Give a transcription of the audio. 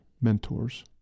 mentors